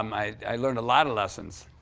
um i i learned a lot of lessons.